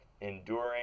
enduring